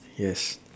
yes